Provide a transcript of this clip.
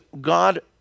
God